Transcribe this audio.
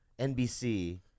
NBC